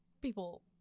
people